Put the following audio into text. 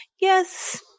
yes